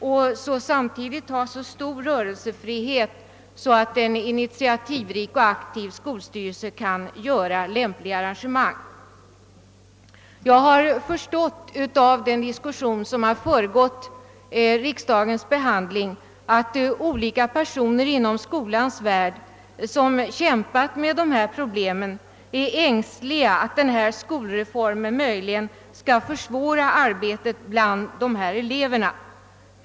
Men man skall också ha så stor rörelsefrihet att en aktiv och initiativrik skolstyrelse kan vidta lämpliga arrangemang. Den diskussion som har föregått riks dagens behandling av detta ärende tycks mig visa att olika personer inom skolans värld som kämpat med dessa problem är ängsliga för att denna skolreform skall försvåra arbetet bland de udda eleverna.